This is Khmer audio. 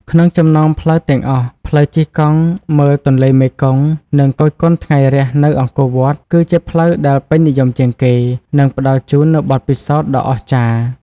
ក្នុងចំណោមផ្លូវទាំងអស់ ផ្លូវជិះកង់មើលទន្លេមេគង្គ និងគយគន់ថ្ងៃរះនៅអង្គរវត្ត គឺជាផ្លូវដែលពេញនិយមជាងគេ និងផ្ដល់ជូននូវបទពិសោធន៍ដ៏អស្ចារ្យ។